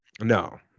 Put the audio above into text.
No